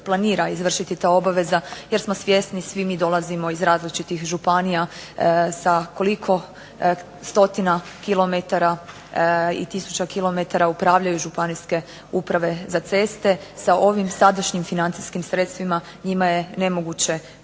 planira izvršiti ta obaveza, jer smo svjesni, svi mi dolazimo iz različitih županija sa koliko stotina kilometara i tisuća kilometara upravljaju Županijske uprave za ceste. Sa ovim sadašnjim financijskim sredstvima njima je nemoguće